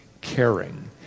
caring